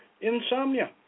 insomnia